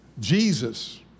Jesus